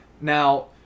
Now